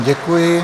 Děkuji.